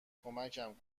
کمکم